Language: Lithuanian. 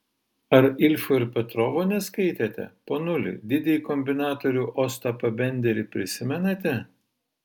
ar ilfo ir petrovo neskaitėte ponuli didįjį kombinatorių ostapą benderį prisimenate